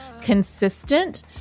consistent